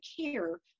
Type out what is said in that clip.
care